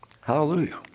Hallelujah